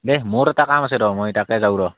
দে মোৰ এটা কাম আছে ৰ মই তাতে যাওঁ ৰ